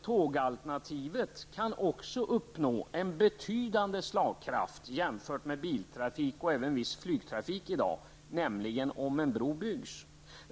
Tågalternativet kan också uppnå en betydande slagkraft jämfört med biltrafik och även i viss mån flygtrafik av i dag, nämligen om en bro byggs.